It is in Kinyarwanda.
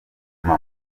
mama